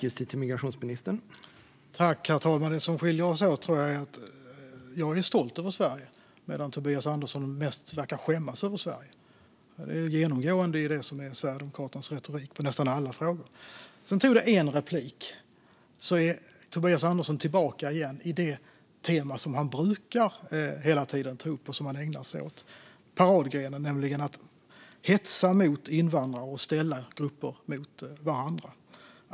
Herr talman! Det som skiljer oss åt tror jag är att jag är stolt över Sverige, medan Tobias Andersson mest verkar skämmas över Sverige. Det är genomgående i Sverigedemokraternas retorik i nästan alla frågor. Efter ett inlägg är Tobias Andersson tillbaka igen på det tema som han hela tiden brukar ta upp och ägna sig åt, nämligen paradgrenen att hetsa mot invandrare och ställa grupper mot varandra.